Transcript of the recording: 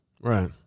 Right